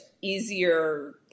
easier